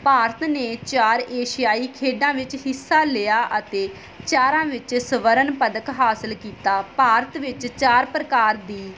ਭਾਰਤ ਨੇ ਚਾਰ ਏਸ਼ੀਆਈ ਖੇਡਾਂ ਵਿੱਚ ਹਿੱਸਾ ਲਿਆ ਅਤੇ ਚਾਰਾਂ ਵਿੱਚ ਸਵਰਨ ਪਦਕ ਹਾਸਿਲ ਕੀਤਾ ਭਾਰਤ ਵਿੱਚ ਚਾਰ ਪ੍ਰਕਾਰ ਦੀ